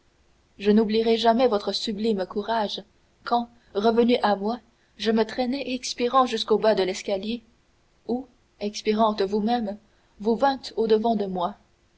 je n'oublierai jamais votre sublime courage quand revenu à moi je me traînai expirant jusqu'au bas de l'escalier où expirante vous-même vous vîntes au-devant de moi